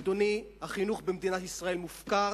אדוני, החינוך במדינת ישראל מופקר,